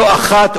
לא אחת,